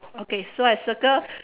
okay so I circle